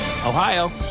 Ohio